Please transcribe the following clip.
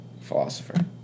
philosopher